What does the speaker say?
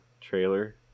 trailer